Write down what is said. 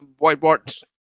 whiteboard